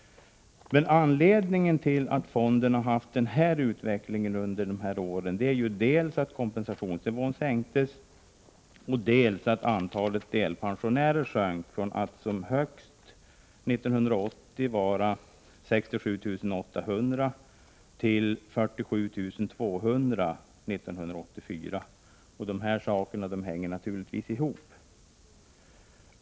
Men anledningen till att fonden haft en sådan utveckling under dessa år är dels att kompensationsnivån har sänkts, dels att antalet delpensionärer från att som högst vara 67 800 år 1980 minskat till 47 200 år 1984. De förhållandena hänger naturligtvis ihop.